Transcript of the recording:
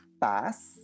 pass